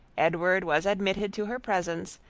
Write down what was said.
edward was admitted to her presence,